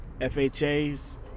FHAs